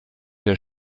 der